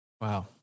Wow